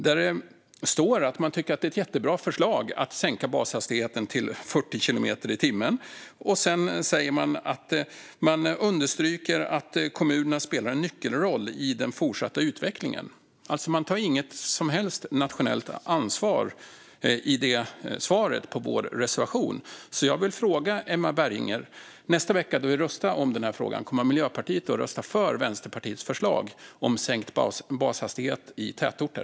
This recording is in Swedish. Det står att man tycker att det är ett jättebra förslag att sänka bashastigheten till 40 kilometer i timmen och understryker att kommunerna spelar en nyckelroll i den fortsatta utvecklingen. Man tar alltså inget som helst nationellt ansvar i svaret på vår reservation. När vi nästa vecka röstar i denna fråga, kommer Miljöpartiet då att rösta för Vänsterpartiets förslag om sänkt bashastighet i tätorter?